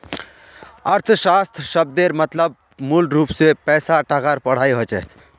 अर्थशाश्त्र शब्देर मतलब मूलरूप से पैसा टकार पढ़ाई होचे